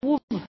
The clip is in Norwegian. veldig